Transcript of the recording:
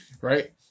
Right